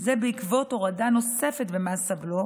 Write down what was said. זה בעקבות הורדה נוספת במס הבלו.